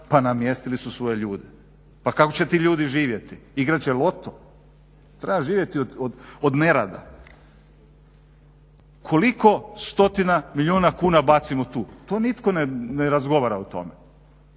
pa namjestili su svoje ljude. Pa kako će ti ljudi živjeti? Igrat će loto. Treba živjeti od nerada. Koliko stotina milijuna kuna bacimo tu, to nitko ne razgovara o tome.